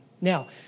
Now